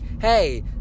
Hey